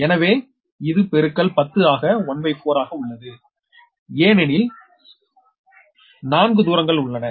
எனவே இது பெருக்கல் 10 அடுக்கு 1 பை 4 ஆக உள்ளது ஏனெனில் 4 தூரங்கள் உள்ளன